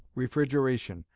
refrigeration,